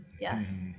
Yes